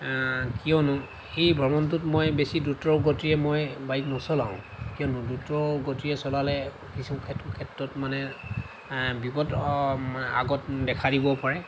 কিয়নো সেই ভ্ৰমণটোত মই বেছি দ্ৰুতগতিৰে মই বাইক নচলাওঁ কিয়নো দ্ৰুতগতিৰে চলালে কিছু ক্ষেত ক্ষেত্ৰত মানে বিপদ আগত দেখা দিবও পাৰে